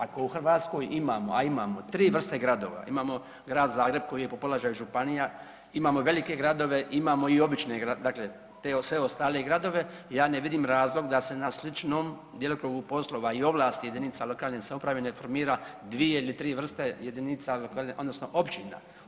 Ako u Hrvatskoj imamo, a imamo tri vrste gradova, imamo Grad Zagreb koji je po položaju županija, imamo velike gradove, imamo i obične dakle sve ostale gradove ja ne vidim razlog da se na sličnom djelokrugu poslova i ovlasti jedinica lokalne samouprave ne formira dvije ili tri vrste jedinica odnosno općina.